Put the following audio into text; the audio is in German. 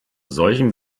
solchen